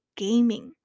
gaming